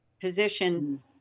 position